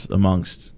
amongst